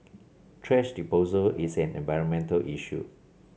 thrash disposal is an environmental issue